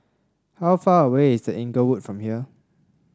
how far away is The Inglewood from here